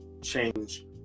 change